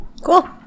Cool